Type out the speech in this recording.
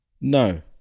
No